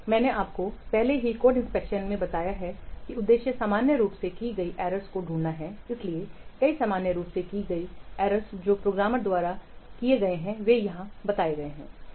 मैंने आपको पहले ही कोड इंस्पेक्शनमें बताया है कि उद्देश्य सामान्य रूप से की गई एरर्स को ढूंढना है इसलिए कई सामान्य रूप से की गई त्रुटियां जो प्रोग्रामर द्वारा किए गए हैं वे यहां बताए गए हैं